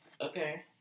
Okay